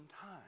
time